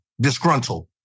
disgruntled